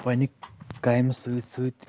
پننہِ کامہِ سۭتۍ سۭتۍ